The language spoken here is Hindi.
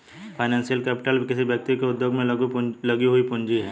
फाइनेंशियल कैपिटल किसी व्यक्ति के उद्योग में लगी हुई पूंजी है